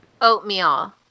oatmeal